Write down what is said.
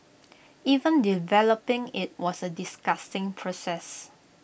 even developing IT was A disgusting process